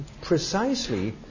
precisely